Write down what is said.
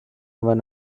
one